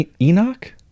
Enoch